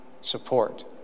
support